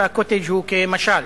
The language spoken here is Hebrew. וה"קוטג'" הוא כמשל.